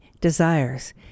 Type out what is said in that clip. desires